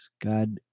God